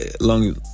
long